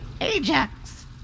Ajax